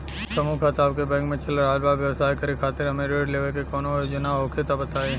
समूह खाता आपके बैंक मे चल रहल बा ब्यवसाय करे खातिर हमे ऋण लेवे के कौनो योजना होखे त बताई?